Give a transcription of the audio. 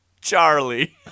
Charlie